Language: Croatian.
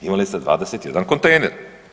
Imali ste 21 kontejner.